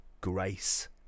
grace